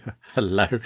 Hello